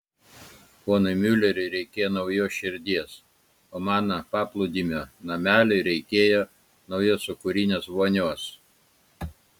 ponui miuleriui reikėjo naujos širdies o mano paplūdimio nameliui reikėjo naujos sūkurinės vonios